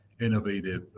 innovative